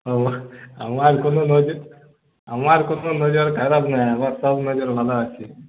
ও আমার কোন নজর আমার কোন নজর খারাপ না আমার সব নজর ভালো আছে